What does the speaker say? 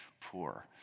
poor